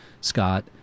Scott